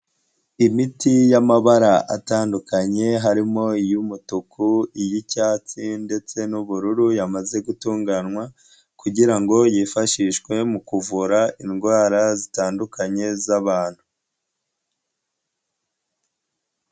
Imiti y'amabara atandukanye harimo iy'umutuku, iy'icyatsi ndetse n'ubururu yamaze gutunganywa kugira ngo yifashishwe mu kuvura indwara zitandukanye z'abantu.